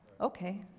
Okay